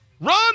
Run